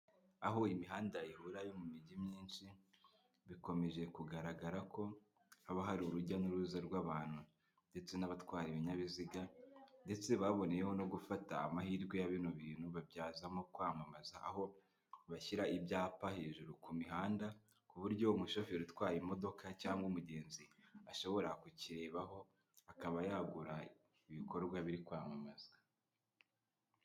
Aho imihanda ihu yo mu mijyi myinshi bikomeje kugaragara ko haba hari urujya n'uruza rw'abantu ndetse n'abatwara ibinyabiziga ndetse baboneyeho no gufata amahirwe ya bino bintu babyazamo kwamamaza aho bashyira ibyapa hejuru ku mihanda, ku buryo umushoferi utwaye imodoka cyangwa umugenzi ashobora kukirebaho akaba yagura ibikorwa biri kwamamazwa.